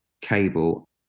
cable